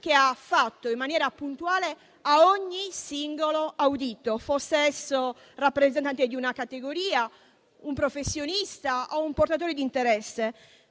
che ha fatto in maniera puntuale a ogni singolo audito, fosse esso rappresentante di una categoria, un professionista o un portatore di interesse: